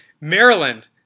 Maryland